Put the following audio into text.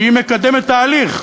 שהיא מקדמת תהליך.